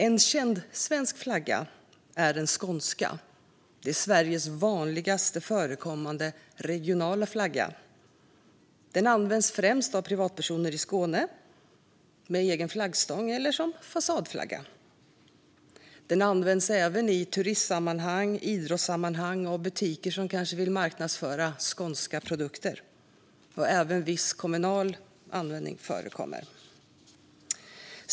En känd svensk flagga är den skånska. Det är Sveriges vanligast förekommande regionala flagga. Den används främst av privatpersoner i Skåne, med egen flaggstång eller som fasadflagga. Den används även i turistsammanhang, i idrottssammanhang och av butiker som kanske vill marknadsföra skånska produkter. Även viss kommunal användning förekommer.